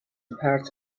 روپرت